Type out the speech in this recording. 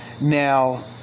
Now